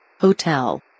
Hotel